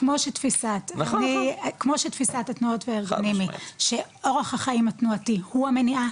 כמו שתפיסת התנועות והארגונים שאורך החיים התנועתי הוא המניעה